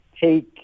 take